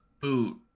boot